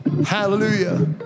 hallelujah